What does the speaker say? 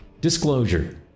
Disclosure